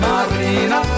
Marina